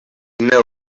know